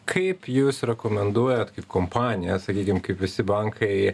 kaip jūs rekomenduojat kaip kompanija sakykim kaip visi bankai